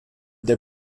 der